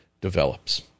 develops